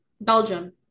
Belgium